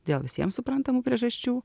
dėl visiem suprantamų priežasčių